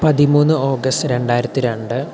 പതിമൂന്ന് ഓഗസ്റ്റ് രണ്ടായിരത്തി രണ്ട്